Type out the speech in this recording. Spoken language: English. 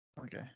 Okay